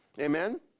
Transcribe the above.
Amen